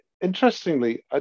Interestingly